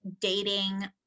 dating